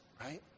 right